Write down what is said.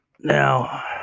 now